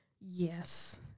yes